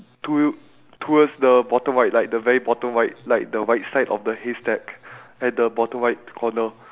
to~ towards the bottom right like the very bottom right like the right side of the haystack at the bottom right corner